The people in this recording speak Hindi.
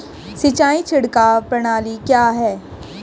सिंचाई छिड़काव प्रणाली क्या है?